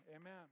Amen